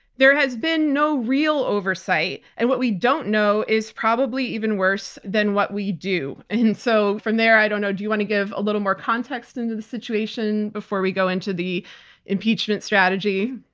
there has been no real oversight and what we don't know is probably even worse than what we do. and so from there, i don't know, do you want to give a little more context into the situation before we go into the impeachment strategy?